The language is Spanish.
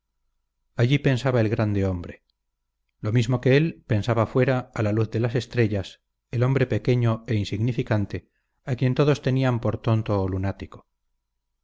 allí pensaba el grande hombre lo mismo que él pensaba fuera a la luz de las estrellas el hombre pequeño e insignificante a quien todos tenían por tonto o lunático